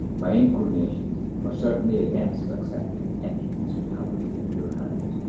my inclinations are certainly against accepting any hospitality at your hands.